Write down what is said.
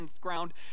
ground